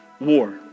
war